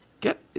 get